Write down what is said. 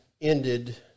ended